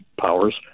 powers